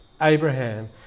Abraham